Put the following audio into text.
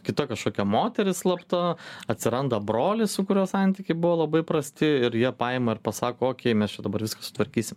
kita kažkokia moteris slapta atsiranda brolis su kuriuo santykiai buvo labai prasti ir jie paima ir pasako okei mes čia dabar viską sutvarkysim